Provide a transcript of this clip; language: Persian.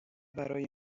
برای